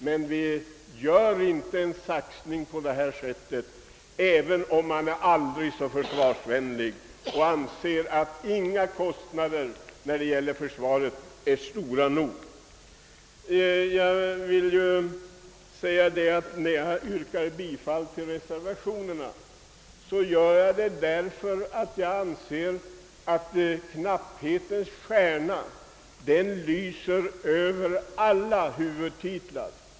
Man bör inte göra en saxning på detta sätt, även om man är aldrig så försvarsvänlig och anser att inga kostnader när det gäller försvaret är stora nog. När jag yrkar bifall till reservationerna gör jag det därför att jag anser att knapphetens stjärna lyser över alla huvudtitlar.